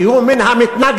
כי הוא מן המתנגדים,